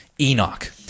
Enoch